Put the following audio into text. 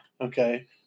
Okay